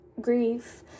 grief